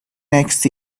next